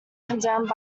condemned